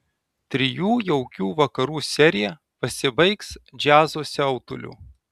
trijų jaukių vakarų serija pasibaigs džiazo siautuliu